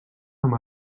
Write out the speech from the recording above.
amb